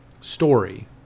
story